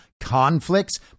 conflicts